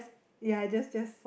ya just just